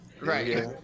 Right